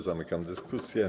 Zamykam dyskusję.